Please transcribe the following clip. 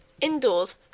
indoors